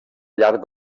llarg